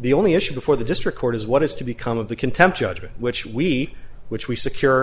the only issue before the district court is what is to become of the contempt judgment which we which we secured